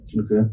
Okay